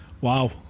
wow